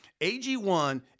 AG1